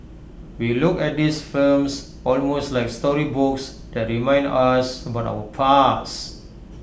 we look at these films almost like storybooks that remind us about our past